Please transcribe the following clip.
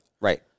Right